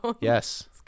Yes